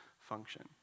function